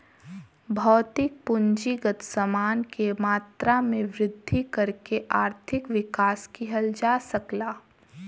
भौतिक पूंजीगत समान के मात्रा में वृद्धि करके आर्थिक विकास किहल जा सकला